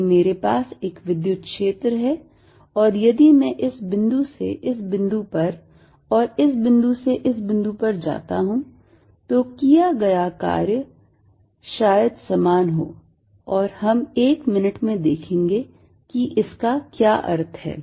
यदि मेरे पास एक विद्युत क्षेत्र है और यदि मैं इस बिंदु से इस बिंदु पर और इस बिंदु से इस बिंदु पर जाता हूं तो किया गया कार्य शायद समान हो और हम एक मिनट में देखेंगे कि इसका क्या अर्थ है